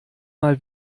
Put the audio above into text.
mal